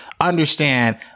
understand